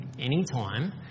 anytime